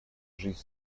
жизнь